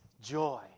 joy